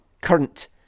current